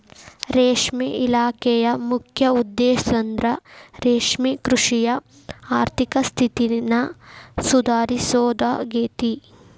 ರೇಷ್ಮೆ ಇಲಾಖೆಯ ಮುಖ್ಯ ಉದ್ದೇಶಂದ್ರ ರೇಷ್ಮೆಕೃಷಿಯ ಆರ್ಥಿಕ ಸ್ಥಿತಿನ ಸುಧಾರಿಸೋದಾಗೇತಿ